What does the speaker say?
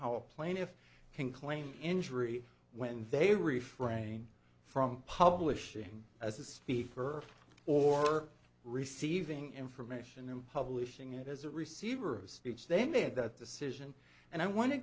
how a plaintiff can claim injury when they refrain from publishing as a speaker or receiving information and publishing it as a receiver of speech they made that decision and i want to